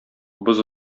боз